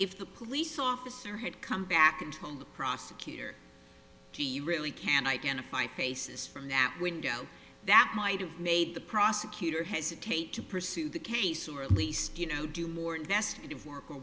if the police officer had come back and told prosecutors do you really can identify faces from that window that might have made the prosecutor hesitate to pursue the case or at least you know do more investigative work or